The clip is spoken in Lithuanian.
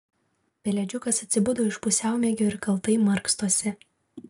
pelėdžiukas atsibudo iš pusiaumiegio ir kaltai markstosi